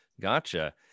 Gotcha